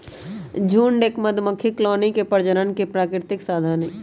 झुंड एक मधुमक्खी कॉलोनी के प्रजनन के प्राकृतिक साधन हई